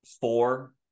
four